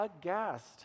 aghast